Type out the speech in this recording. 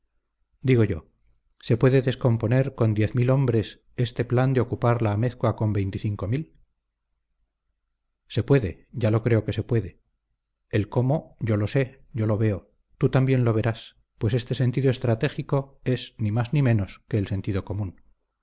digo yo se puede descomponer con diez mil hombres este plan de ocupar la amézcoa con veinticinco mil se puede ya lo creo que se puede el cómo yo lo sé yo lo veo tú también lo verás pues este sentido estratégico es ni más ni menos que el sentido común